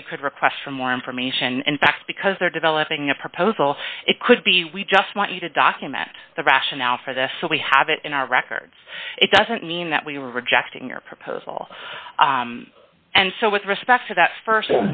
that you could request for more information and facts because they're developing a proposal it could be we just want you to document the rationale for this so we have it in our records it doesn't mean that we are rejecting your proposal and so with respect to that